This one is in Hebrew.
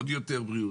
עוד יותר בריאות.